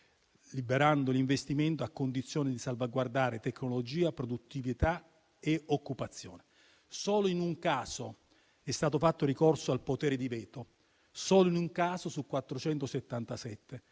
liberando l'investimento a condizione di salvaguardare tecnologia, produttività e occupazione). Solo in un caso è stato fatto ricorso al potere di veto; solo in un caso su 477.